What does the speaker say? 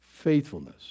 faithfulness